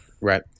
Right